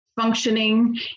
functioning